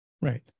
Right